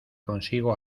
consigo